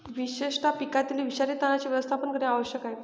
विशेषतः पिकातील विषारी तणांचे व्यवस्थापन करणे आवश्यक आहे